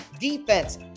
defense